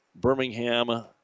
Birmingham